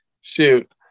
shoot